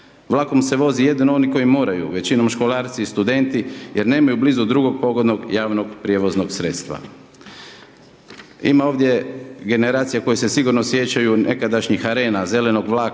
Vlakom se vozi jedino oni koji moraju, većinom školarci i studenti, jer nemaju blizu drugog pogona javnog prijevoznog sredstva. Ima ovdje generacija, koje se sigurno sjećaju nekadašnjih arena, zelenog vlaka,